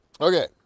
Okay